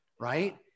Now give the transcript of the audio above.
right